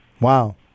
Wow